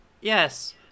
Yes